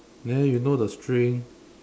there you know the string